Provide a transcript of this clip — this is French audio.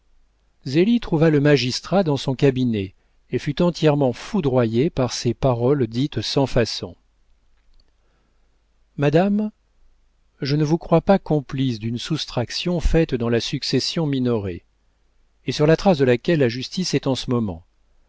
trouva le magistrat dans son cabinet et fut entièrement foudroyée par ces paroles dites sans façon madame je ne vous crois pas complice d'une soustraction faite dans la succession minoret et sur la trace de laquelle la justice est en ce moment